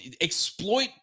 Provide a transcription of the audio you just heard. Exploit